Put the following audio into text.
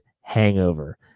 hangover